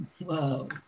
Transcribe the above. Wow